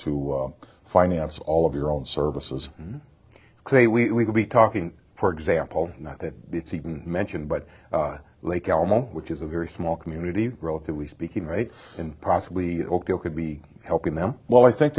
to finance all of your own services and say we will be talking for example not that it's even mentioned but lake alamo which is a very small community relatively speaking right and possibly local could be helping them well i think